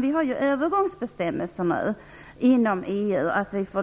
Vi har övergångsbestämmelser som säger att vi får